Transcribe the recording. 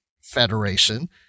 Federation